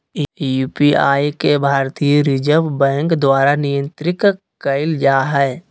UPI के भारतीय reserve bank द्वारा नियंत्रित कइल जा हइ